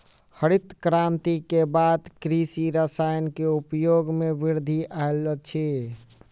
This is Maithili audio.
हरित क्रांति के बाद कृषि रसायन के उपयोग मे वृद्धि आयल अछि